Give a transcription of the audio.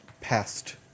past